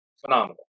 Phenomenal